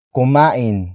Kumain